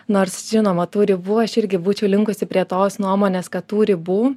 nors žinoma tų ribų aš irgi būčiau linkusi prie tos nuomonės kad tų ribų